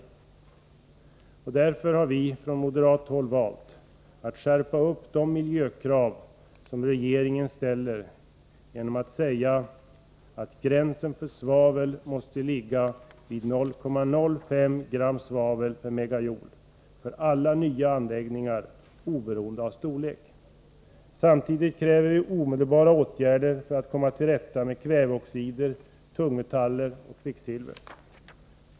Vi har därför från moderat håll valt att skärpa de miljökrav som regeringen ställer genom att säga att gränsen för svavel måste ligga vid 0,05 g/MJ för alla nya anläggningar, oberoende av storlek. Samtidigt kräver vi omedelbara åtgärder för att komma till rätta med kväveoxider, tungmetaller och kvicksilver.